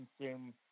consume